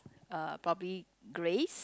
uh probably grace